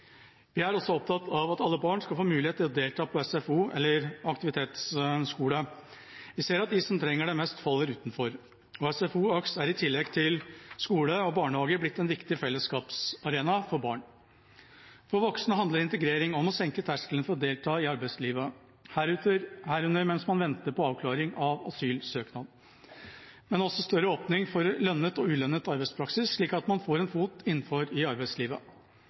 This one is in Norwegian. Vi er også opptatt av at alle barn skal få mulighet til å delta på SFO eller aktivitetsskole, AKS. Vi ser at de som trenger det mest, faller utenfor, og SFO/AKS er i tillegg til skole og barnehage blitt en viktig fellesskapsarena for barn. For voksne handler integrering om å senke terskelen for å delta i arbeidslivet, herunder mens man venter på avklaring av asylsøknad, men også om større åpning for lønnet og ulønnet arbeidspraksis slik at man får en fot innenfor i arbeidslivet.